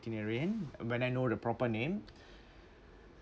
veterinarian when I know the proper name